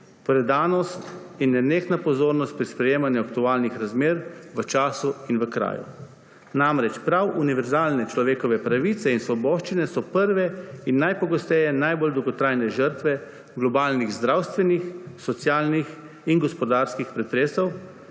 predanost in nenehna pozornost pri spremljanju aktualnih razmer v času in v kraju. Namreč, prav univerzalne človekove pravice in svoboščine so prve in najpogosteje najbolj dolgotrajne žrtve globalnih zdravstvenih, socialnih in gospodarskih pretresov,